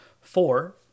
Four